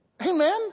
Amen